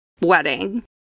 wedding